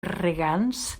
regants